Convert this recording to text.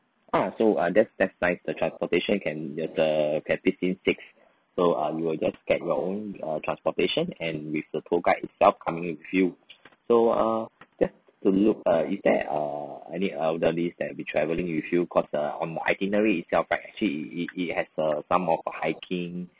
ah so uh that's that's nice the transportation can uh the can fit in six so uh we will just get your own uh transportation and with the tour guide itself coming with you so uh just to look uh is there err any elderlies that'll be travelling with you cause uh on itinerary itself actually it it it has a some of a hiking